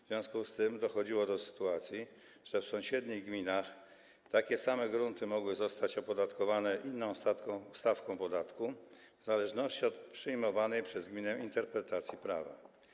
W związku z tym dochodziło do sytuacji, że w sąsiednich gminach takie same grunty mogły zostać opodatkowane inną stawką podatku w zależności od przyjmowanej przez gminę interpretacji prawa.